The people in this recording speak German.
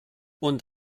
und